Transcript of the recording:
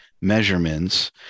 measurements